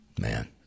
Man